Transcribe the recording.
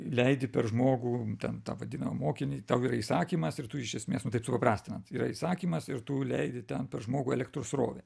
leidi per žmogų ten tą vadinamą mokinį tau yra įsakymas ir tu iš esmės nu taip supaprastinant yra įsakymas ir tu leidi ten per žmogų elektros srovę